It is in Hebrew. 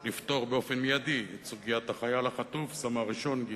אני אפילו מוכן לקרוא על כך הודעה סיעתית, אם